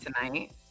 tonight